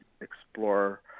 explore